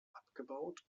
abgebaut